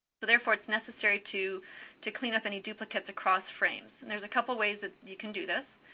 so therefore, it's necessary to to clean up any duplicates across frames. and there's a couple ways that you can do this.